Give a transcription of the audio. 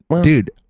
dude